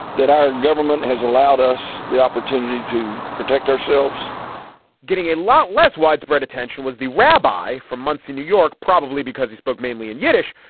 that our government has allowed us the opportunity to protect ourselves getting a lot less widespread attention was the rabbi for months in new york, probably because he spoke mainly in yiddish.